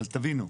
אבל תבינו,